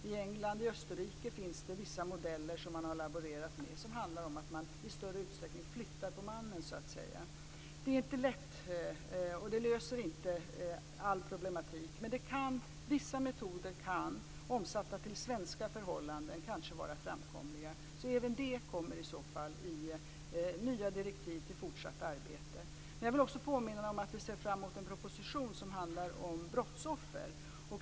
I England och Österrike har man laborerat med vissa modeller, där man i större utsträckning flyttar på mannen. Det är inte lätt och det löser inte alla problem. Men vissa metoder kan, omsatta till svenska förhållanden, kanske vara framkomliga. Även det kommer i så fall i nya direktiv för fortsatt arbete. Jag vill också påminna om att vi ser fram emot en proposition som handlar om brottsoffer.